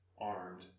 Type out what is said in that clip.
armed